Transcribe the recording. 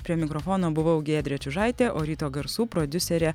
prie mikrofono buvau giedrė čiužaitė o ryto garsų prodiuserė